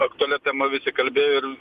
aktualia tema visi kalbėjo ir